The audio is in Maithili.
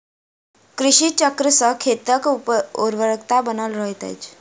कृषि चक्र सॅ खेतक उर्वरता बनल रहैत अछि